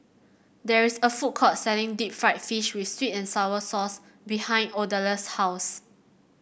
there is a food court selling Deep Fried Fish with sweet and sour sauce behind Odalys' house